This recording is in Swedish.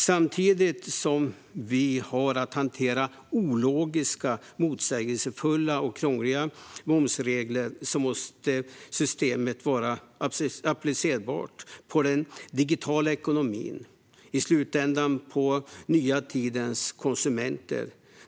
Samtidigt som vi ska hantera ologiska, motsägelsefulla och krångliga momsregler måste systemet vara applicerbart på den digitala ekonomin, i slutänden den nya tidens konsumenter.